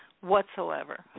whatsoever